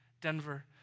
Denver